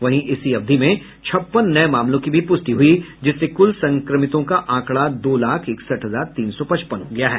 वहीं इसी अवधि में छप्पन नये मामलों की भी पुष्टि हुई जिससे कुल संक्रमितों का आंकड़ा दो लाख इकसठ हजार तीन सौ पचपन हो गया है